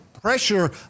pressure